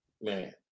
Man